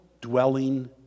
dwelling